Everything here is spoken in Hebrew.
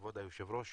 כבוד היושב ראש,